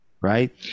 Right